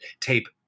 tape